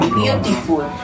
beautiful